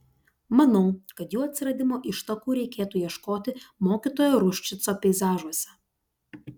manau kad jų atsiradimo ištakų reikėtų ieškoti mokytojo ruščico peizažuose